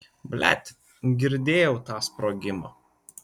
blet girdėjau tą sprogimą